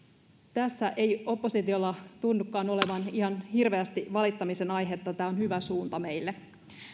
tässä ei oppositiolla tunnukaan olevan ihan hirveästi valittamisen aihetta tämä on hyvä suunta meille